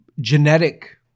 genetic